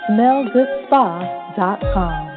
SmellGoodSpa.com